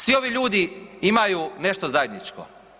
Svi ovi ljudi imaju nešto zajedničko.